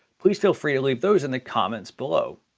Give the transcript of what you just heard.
please feel free to leave those in the comments below.